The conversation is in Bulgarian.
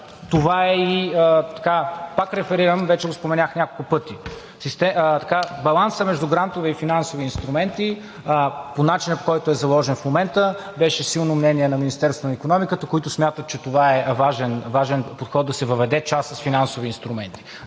това е, пак реферирам и вече го споменах няколко пъти, балансът между грантове и финансови инструменти по начина, по който е заложен в момента – беше силно мнението на Министерството на икономиката, които смятат, че това е важен подход – да се въведе част с финансови инструменти.